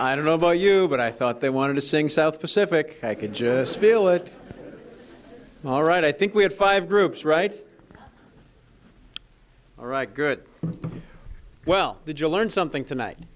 i don't know about you but i thought they wanted to sing south pacific i could just feel it all right i think we had five groups right all right good well the joe learned something tonight